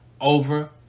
over